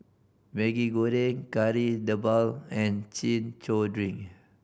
Maggi Goreng Kari Debal and Chin Chow drink